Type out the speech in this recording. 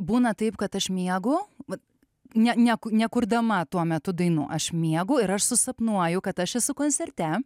būna taip kad aš miegu vat ne nekur nekurdama tuo metu dainų aš miegu ir aš susapnuoju kad aš esu koncerte